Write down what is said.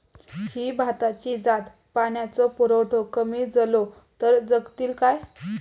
ही भाताची जात पाण्याचो पुरवठो कमी जलो तर जगतली काय?